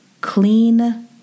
clean